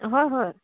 হয় হয়